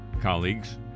colleagues